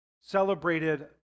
celebrated